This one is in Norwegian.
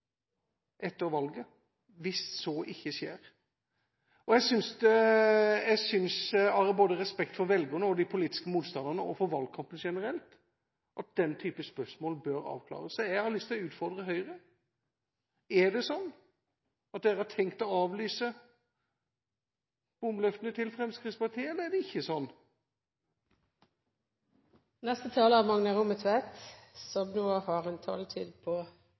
etter valget, hvis så ikke skjer. Jeg synes av respekt både for velgerne, de politiske motstanderne og for valgkampen generelt at den type spørsmål bør avklares. Så jeg har lyst til å utfordre Høyre: Er det sånn at dere har tenkt å avlyse bompengeløftene til Fremskrittspartiet, eller er det ikke sånn? Neste taler er representanten Magne Rommetveit, som nå har en taletid på